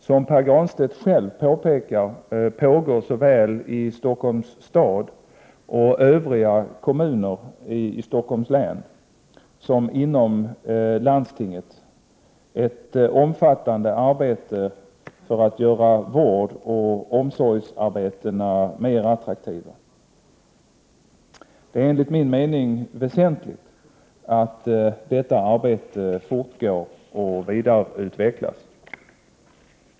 Som Pär Granstedt själv påpekar pågår såväl i Stockholms stad och övriga kommuner i Stockholms län som inom landstinget ett omfattande arbete för att göra vårdoch omsorgsarbetena mer attraktiva. Det är enligt min mening väsentligt att detta arbete fortgår och vidareutvecklas.